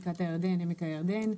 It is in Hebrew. בקעת הירדן ועמק הירדן,